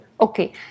Okay